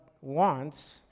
wants